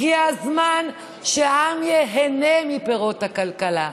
הגיע הזמן שהעם ייהנה מפירות הכלכלה.